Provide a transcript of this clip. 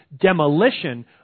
demolition